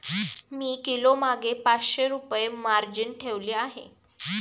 मी किलोमागे पाचशे रुपये मार्जिन ठेवली आहे